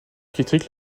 critique